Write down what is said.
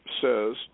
says